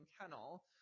kennel